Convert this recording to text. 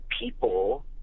people